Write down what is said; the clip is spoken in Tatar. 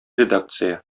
редакция